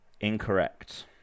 Incorrect